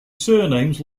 surnames